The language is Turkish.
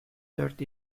dört